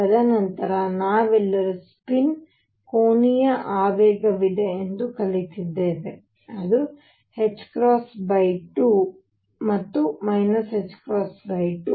ತದನಂತರ ನಾವೆಲ್ಲರೂ ಸ್ಪಿನ್ ಕೋನೀಯ ಆವೇಗವಿದೆ ಎಂದು ಕಲಿತಿದ್ದೇವೆ ಅದು 2 ಮತ್ತು 2